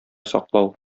саклау